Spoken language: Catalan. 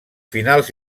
finals